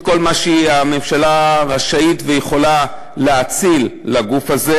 את כל מה שהממשלה רשאית ויכולה להאציל לגוף הזה.